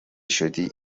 شدی